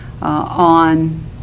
on